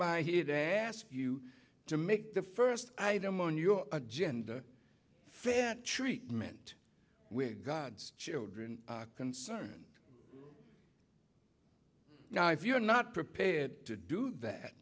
by here to ask you to make the first item on your agenda fair treatment where god's children are concerned now if you're not prepared to do that